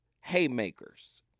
haymakers